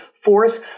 force